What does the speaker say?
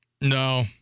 no